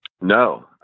No